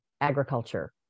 agriculture